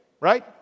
right